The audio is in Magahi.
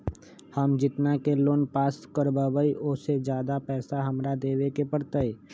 हम जितना के लोन पास कर बाबई ओ से ज्यादा पैसा हमरा देवे के पड़तई?